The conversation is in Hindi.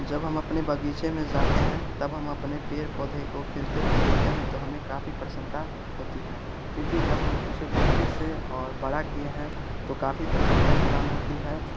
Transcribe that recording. जब हम अपने बगीचे में ज़ाते हैं तब हम अपने पेड़ पौधे को खिलते हुए देखते हैं तो हमें काफ़ी प्रसन्नता होती है क्योंकि जब हम उसे बच्चे से और बड़ा किए हैं तो काफ़ी प्रसन्नता प्रदान होती है